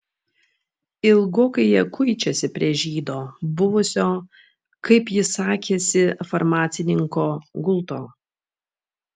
ilgokai jie kuičiasi prie žydo buvusio kaip jis sakėsi farmacininko gulto